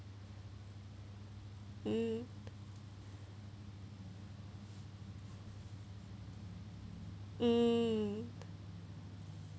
um um